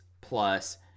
plus